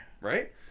right